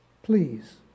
Please